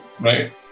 Right